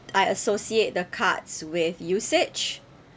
I associate the cards with usage